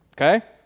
Okay